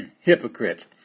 Hypocrite